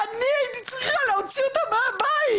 אני הייתי צריכה להוציא אותה מהבית.